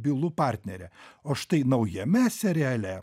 bylų partnerė o štai naujame seriale